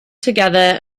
together